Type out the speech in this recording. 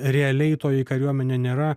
realiai toji kariuomenė nėra